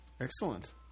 Excellent